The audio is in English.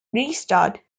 restart